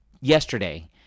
yesterday